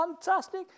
fantastic